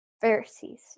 Pharisees